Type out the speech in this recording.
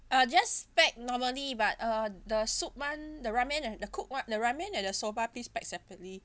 uh just pack normally but uh the soup [one] the ramen and the Coke [one] the ramen and the soba please pack separately